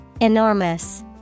Enormous